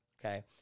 okay